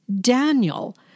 Daniel